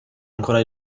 ancora